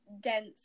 dense